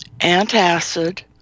antacid